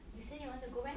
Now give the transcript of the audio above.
you say you want to go where